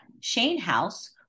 Shanehouse